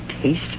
taste